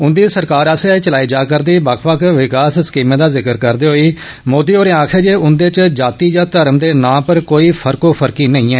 उन्दी सरकार आस्सेआ चलाई जा'रदी बक्ख बक्ख विकास स्कीमें दा जिक्र करदे होई मोदी होरें आक्खेआ जे उन्दे च जाति यां धर्म दे नांऽ उप्पर कोई फर्कोफर्की नेई ऐ